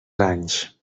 anys